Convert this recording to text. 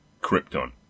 Krypton